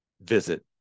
visit